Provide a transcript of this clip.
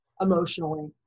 emotionally